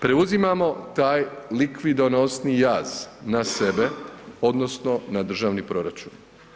Preuzimamo taj likvidonozni jaz na sebe odnosno na državni proračun.